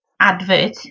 advert